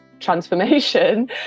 transformation